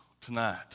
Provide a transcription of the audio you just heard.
tonight